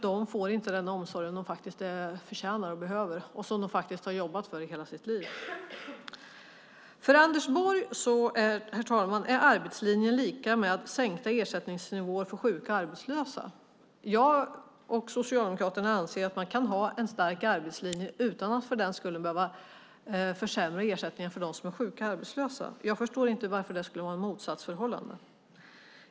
De får inte den omsorg som de förtjänar och behöver och som de har jobbat för hela sitt liv. Herr talman! För Anders Borg är arbetslinjen lika med sänkta ersättningsnivåer för sjuka och arbetslösa. Jag och Socialdemokraterna anser att man kan ha en stark arbetslinje utan att för den skull behöva försämra ersättningarna för dem som är sjuka och arbetslösa. Jag förstår inte varför det skulle finnas ett motsatsförhållande.